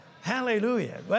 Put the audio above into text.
Hallelujah